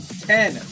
Ten